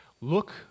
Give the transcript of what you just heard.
look